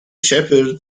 shepherd